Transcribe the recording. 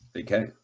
Okay